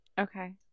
Okay